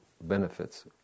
benefits